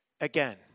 Again